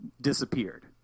disappeared